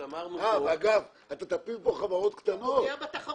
אגב, אתה תפיל פה חברות קטנות,